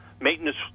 maintenance